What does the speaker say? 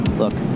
look